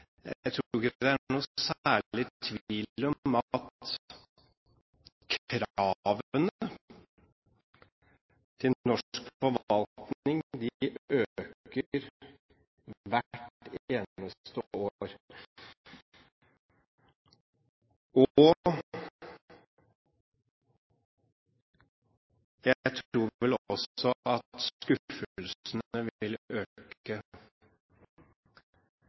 kravene til norsk forvaltning øker hvert eneste år, og jeg tror vel også at skuffelsene vil øke